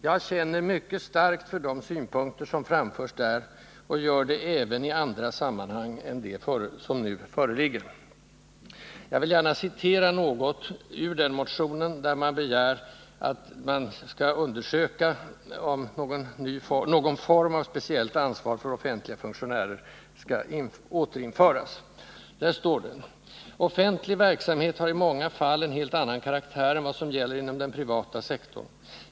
Jag känner mycket starkt för de synpunkter som framförts där, och det gör jag även i andra sammanhang än det som nu föreligger. Jag vill gärna citera något ur motionen, där man begär en utredning av frågan huruvida någon form av speciellt ansvar för offentliga funktionärer skall återinföras: ”Offentlig verksamhet har i många fall en helt annan karaktär än vad som gäller inom den privata sektorn.